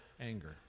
anger